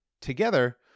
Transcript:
Together